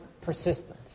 persistent